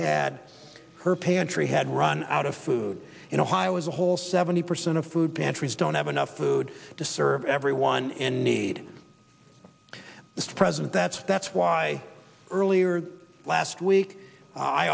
had her pantry had run out of food in ohio as a whole seventy percent of food pantries don't have enough food to serve everyone in need mr president that's that's why earlier last week i